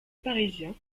parisien